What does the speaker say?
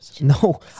No